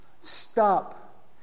stop